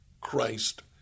Christ